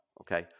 okay